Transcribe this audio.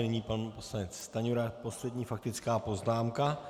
Nyní pan poslanec Stanjura, poslední faktická poznámka.